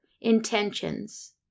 intentions